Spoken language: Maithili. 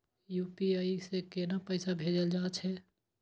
यू.पी.आई से केना पैसा भेजल जा छे?